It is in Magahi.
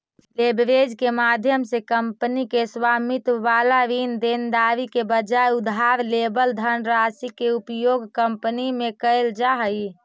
लेवरेज के माध्यम से कंपनी के स्वामित्व वाला ऋण देनदारी के बजाय उधार लेवल धनराशि के उपयोग कंपनी में कैल जा हई